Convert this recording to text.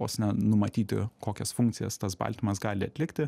vos ne numatyti kokias funkcijas tas baltymas gali atlikti